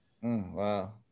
Wow